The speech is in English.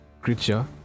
creature